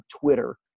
twitter